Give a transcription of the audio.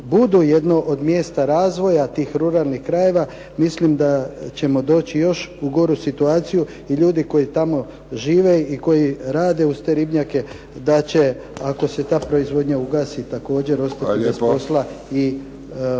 budu jedno od mjesta razvoja tih ruralnih razvoja, mislim da ćemo doći još u goru situaciju i ljudi koji tamo žive, i koji rade uz te ribnjake, da će ako se ta proizvodnja ugasi također ostajati bez posla i